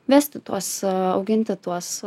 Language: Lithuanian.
vesti tuos auginti tuos